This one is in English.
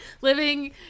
living